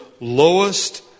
lowest